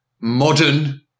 modern